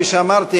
כפי שאמרתי,